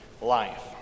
life